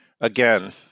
again